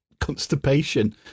constipation